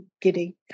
giddy